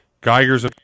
Geiger's